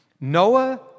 Noah